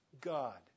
God